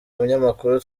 munyamakuru